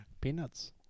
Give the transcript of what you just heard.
Peanuts